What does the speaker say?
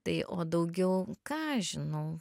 tai o daugiau ką aš žinau